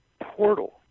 portal